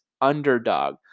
underdog